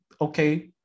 okay